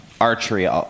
archery